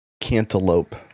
cantaloupe